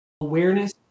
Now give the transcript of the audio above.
awareness